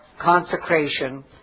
consecration